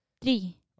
three